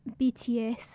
BTS